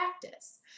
practice